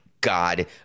god